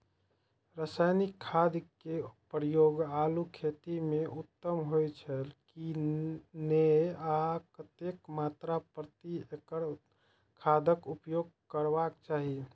रासायनिक खाद के प्रयोग आलू खेती में उत्तम होय छल की नेय आ कतेक मात्रा प्रति एकड़ खादक उपयोग करबाक चाहि?